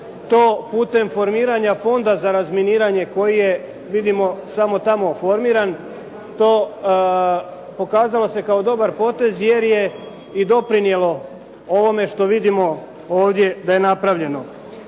to putem formiranja Fonda za razminiranje koji je vidimo samo tamo oformiran, to pokazalo se kao dobar potez, jer je i doprinijelo ovome što vidimo ovdje da je napravljeno.